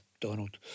Donald